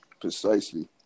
Precisely